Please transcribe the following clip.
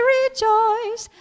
rejoice